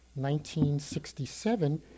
1967